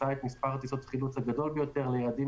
ביצעה את מספר טיסות החילוץ הגדול ביותר ליעדים